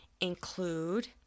include